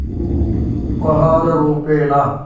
उपहाररूपेण